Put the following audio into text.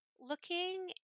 looking